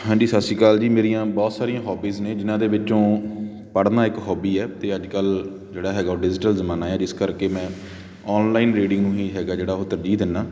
ਹਾਂਜੀ ਸਤਿ ਸ਼੍ਰੀ ਅਕਾਲ ਜੀ ਮੇਰੀਆਂ ਬਹੁਤ ਸਾਰੀਆਂ ਹੋਬੀਜ ਨੇ ਜਿਨ੍ਹਾਂ ਦੇ ਵਿੱਚੋਂ ਪੜ੍ਹਨਾ ਇੱਕ ਹੋਬੀ ਹੈ ਅਤੇ ਅੱਜ ਕੱਲ੍ਹ ਜਿਹੜਾ ਹੈਗਾ ਉਹ ਡਿਜ਼ੀਟਲ ਜ਼ਮਾਨਾ ਆ ਇਸ ਕਰਕੇ ਮੈਂ ਔਨਲਾਈਨ ਰੀਡਿੰਗ ਨੂੰ ਹੀ ਹੈਗਾ ਜਿਹੜਾ ਉਹ ਤਰਜ਼ੀਹ ਦਿੰਦਾ